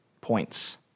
points